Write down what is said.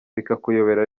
bikakuyobera